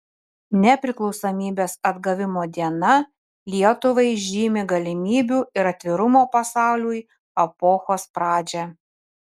nepriklausomybės atgavimo diena lietuvai žymi galimybių ir atvirumo pasauliui epochos pradžią